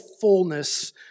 fullness